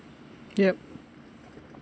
ya